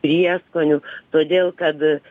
prieskonių todėl kad